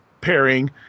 pairing